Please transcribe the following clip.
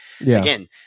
again